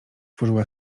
włożyła